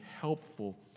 helpful